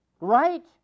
right